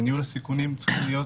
וניהול הסיכונים צריך להיות